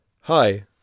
Hi